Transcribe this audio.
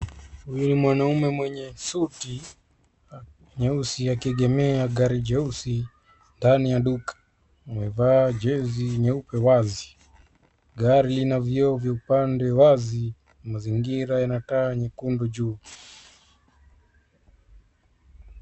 Huyu ni mwanaume mwenye suti nyeusi akiegemea gari jeusi ndani ya duka. Amevaa jezi nyeupe wazi. Gari lina vioo vya upande wazi. Mazingira yana taa nyekundu juu.